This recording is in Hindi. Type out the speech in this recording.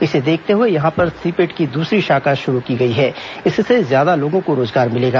इसे देखते हुए यहां पर सीपेट की दूसरी शाखा शुरू की गई है इससे ज्यादा लोगों को रोजगार मिलेगा